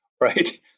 right